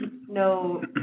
no